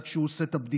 עד שהוא עושה את הבדיקה.